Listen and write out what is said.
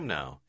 now